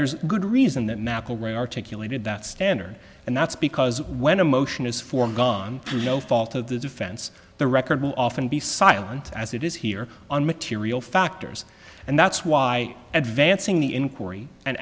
there's a good reason that mcelroy articulated that standard and that's because when a motion is forgone through no fault of the defense the record will often be silent as it is here on material factors and that's why advan